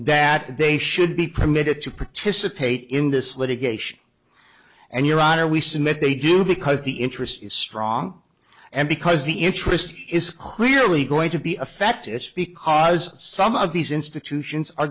that they should be permitted to participate in this litigation and your honor we submit they do because the interest is strong and because the interest is clearly going to be affected it's because some of these institutions are